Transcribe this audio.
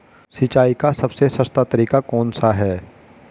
सिंचाई का सबसे सस्ता तरीका कौन सा है?